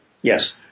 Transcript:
Yes